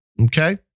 Okay